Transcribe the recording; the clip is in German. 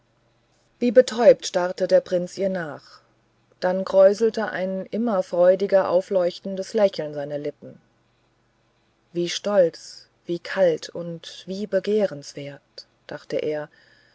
wie betäubt starrte der prinz ihr nach dann kräuselte ein immer freudiger aufleuchtendes lächeln seine lippen wie stolz wie kalt und wie begehrenswert dachte er